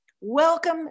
Welcome